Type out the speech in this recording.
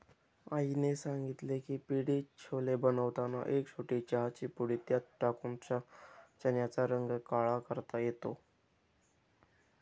आईने सांगितले की पिंडी छोले बनवताना एक छोटी चहाची पुडी त्यात टाकून चण्याचा रंग काळा करता येतो